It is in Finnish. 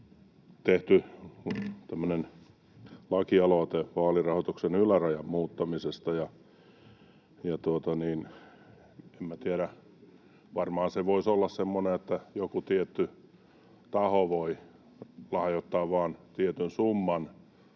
lakialoite vaalirahoituksen ylärajan muuttamisesta. En tiedä, varmaan se voisi olla semmoinen, että joku tietty taho voi lahjoittaa vain tietyn summan.